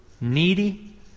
needy